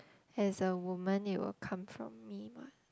as a woman it will come from me mah